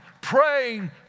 praying